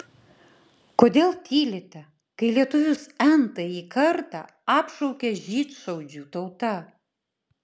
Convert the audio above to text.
kodėl tylite kai lietuvius n tąjį kartą apšaukia žydšaudžių tauta